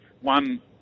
one